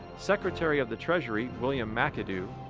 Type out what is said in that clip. secretary of the treasury, william mcadoo,